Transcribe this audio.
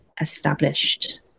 established